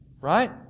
Right